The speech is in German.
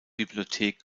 bibliothek